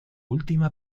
última